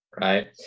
Right